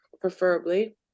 preferably